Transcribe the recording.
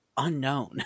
unknown